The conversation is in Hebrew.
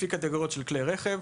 לפי קטגוריות של כלי רכב.